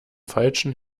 falschen